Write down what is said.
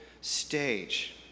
stage